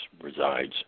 resides